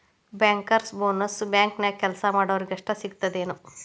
Bankers bonus ಬ್ಯಾಂಕ್ನ್ಯಾಗ್ ಕೆಲ್ಸಾ ಮಾಡೊರಿಗಷ್ಟ ಸಿಗ್ತದೇನ್?